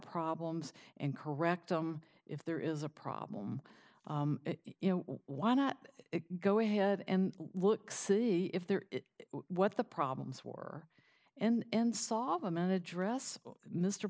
problems and correct them if there is a problem you know why not go ahead and look see if they're what the problems were and saw them out address mr